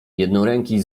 jednoręki